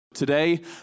Today